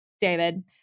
David